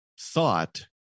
thought